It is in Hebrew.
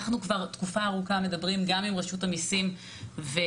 אנחנו כבר תקופה ארוכה מדברים גם עם רשות המיסים וגם